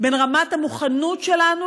בין רמת המוכנות שלנו,